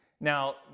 Now